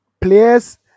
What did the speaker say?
players